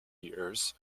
years